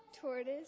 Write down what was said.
tortoise